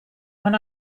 when